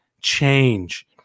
change